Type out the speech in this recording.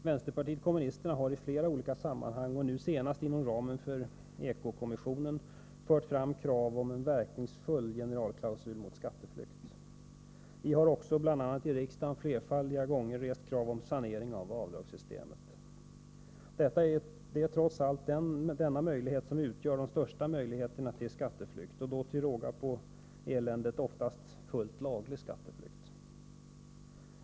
Vpk har i flera olika sammanhang, och nu senast inom ramen för eko-kommissionen, fört fram krav om en verkningsfull generalklausul mot skatteflykt. Vi har också bl.a. i riksdagen flerfaldiga gånger rest krav på sanering av avdragssystemet. Det är trots allt detta som utgör den största möjligheten till skatteflykt — och till råga på eländet, oftast fullt laglig skatteflykt.